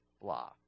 blah